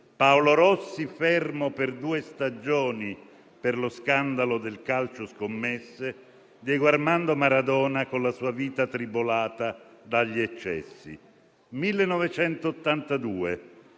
Paolo Rossi fermo per due stagioni per lo scandalo del calcioscommesse, Diego Armando Maradona con la sua vita tribolata dagli eccessi. 1982: